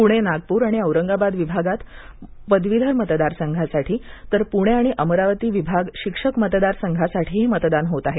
पुणे नागपूर आणि औरंगाबाद विभागात पदवीधर मतदार संघासाठी तर पुणे आणि अमरावती विभाग शिक्षक मतदार संघासाठीही मतदान होत आहे